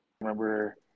remember